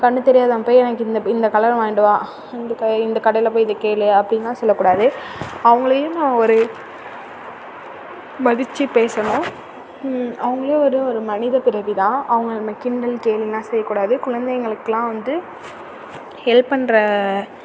கண் தெரியாதவன் போய் எனக்கு இந்த இந்த கலரில் வாங்கிட்டு வா இந்த கை இந்த கடையில் போய் இதை கேள் அப்டின்னு சொல்லக் கூடாது அவங்களையும் நம்ம ஒரு மதித்து பேசணும் அவங்களும் ஒரு ஒரு மனித பிறவி தான் அவங்கள நம்ம கிண்டல் கேலிலாம் செய்யக்கூடாது குழந்தைகளுக்குலாம் வந்து ஹெல்ப் பண்ணுற